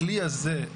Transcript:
הכלי הזה,